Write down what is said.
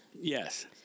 Yes